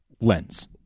lens